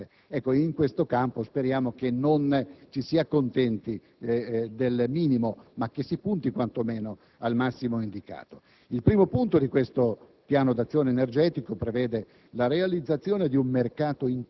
revisione del Trattato europeo, come tante ve ne sono state. In questo campo speriamo che non ci si accontenti del minimo ma che si punti quantomeno al massimo indicato. Il primo punto di questo